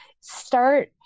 start